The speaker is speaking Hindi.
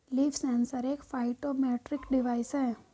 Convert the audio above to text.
लीफ सेंसर एक फाइटोमेट्रिक डिवाइस है